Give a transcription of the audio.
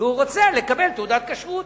ורוצה לקבל תעודת כשרות.